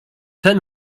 ten